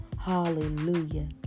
Hallelujah